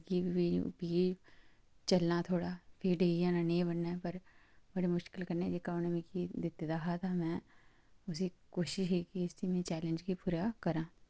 डि'ग्गी पेई प्ही चलना थोह्ड़ा प्ही डि'ग्गी पौना नेईं बनै पर बड़े मुश्कल कन्नै एह् कम्म मिगी दिते दा हा ते में पूरी कोशिश ही की चेलैंज गी पूरा करां